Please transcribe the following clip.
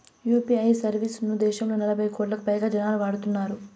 UPI service ను దేశంలో నలభై కోట్లకు పైగా జనాలు వాడుతున్నారు